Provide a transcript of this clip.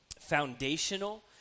foundational